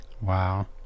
Wow